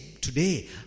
today